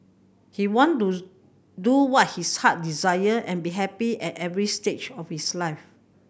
he want to do what his heart desire and be happy at every stage of his life